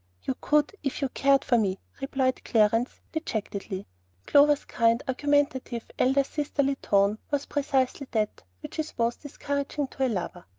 you could if you cared for me, replied clarence, dejectedly clover's kind, argumentative, elder-sisterly tone was precisely that which is most discouraging to a lover.